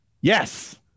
Yes